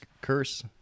curse